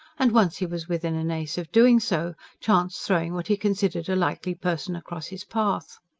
and once he was within an ace of doing so, chance throwing what he considered a likely person across his path.